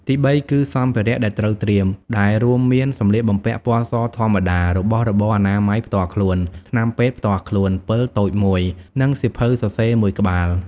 ទីបីគឺ សម្ភារៈដែលត្រូវត្រៀម ដែលរួមមានសម្លៀកបំពាក់ពណ៌សធម្មតា របស់របរអនាម័យផ្ទាល់ខ្លួន ថ្នាំពេទ្យផ្ទាល់ខ្លួន ពិលតូចមួយ និងសៀវភៅសរសេរមួយក្បាល។